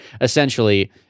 essentially